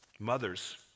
Mothers